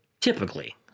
typically